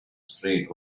street